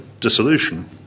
dissolution